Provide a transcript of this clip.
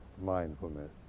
mindfulness